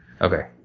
Okay